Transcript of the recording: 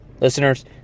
Listeners